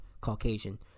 Caucasian